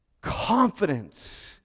confidence